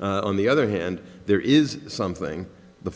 on the other hand there is something the